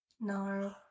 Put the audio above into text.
No